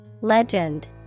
Legend